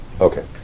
Okay